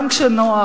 גם כשנוח,